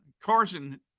Carson